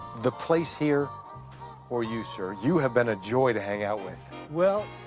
the place here or you, sir. you have been a joy to hang out with. well,